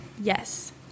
yes